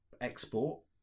export